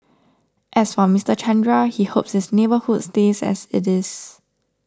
as for Mister Chandra he hopes his neighbourhood stays as it is